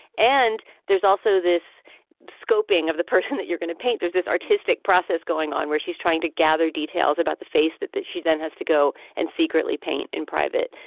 and there's also this scoping of the person that you're going to paint. there's this artistic process going on where she's trying to gather details about the face that that she then has to go and secretly paint in private.